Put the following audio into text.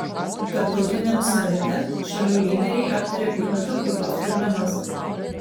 tarptautiniam samite šalių lyderiai aptarė klimato kaitos problemas